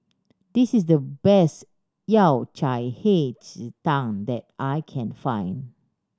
this is the best Yao Cai Hei Ji Tang that I can find